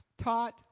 taught